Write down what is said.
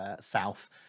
south